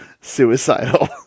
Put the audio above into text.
Suicidal